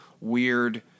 weird